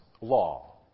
law